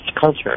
culture